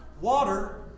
Water